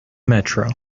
metro